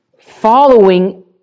following